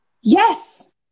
Yes